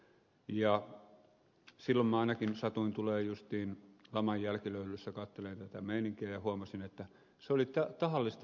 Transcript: minä ainakin satuin tulemaan justiin laman jälkilöylyssä katselemaan tätä meininkiä ja huomasin että se oli tahallista politiikkaa